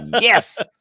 Yes